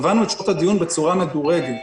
בצורה מדורגת,